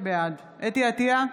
בעד חוה אתי עטייה,